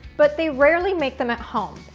but they rarely make them at home.